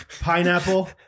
Pineapple